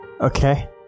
Okay